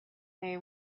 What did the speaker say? they